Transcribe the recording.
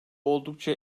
oldukça